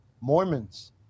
Mormons